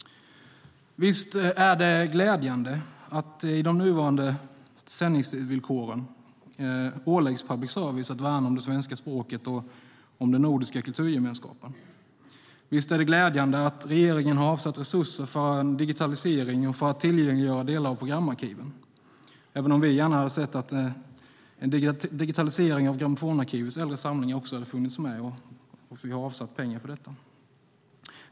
Visst är det glädjande att public service i de nuvarande sändningsvillkoren åläggs att värna om det svenska språket och om den nordiska kulturgemenskapen? Visst är det glädjande att regeringen har avsatt resurser för en digitalisering och för att tillgängliggöra delar av programarkiven, även om vi gärna hade sett att en digitalisering av grammofonarkivets äldre samlingar också hade funnits med och att det avsatts pengar för detta?